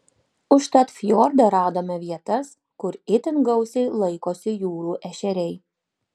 užtat fjorde radome vietas kur itin gausiai laikosi jūrų ešeriai